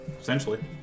Essentially